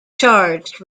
charged